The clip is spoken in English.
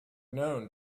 known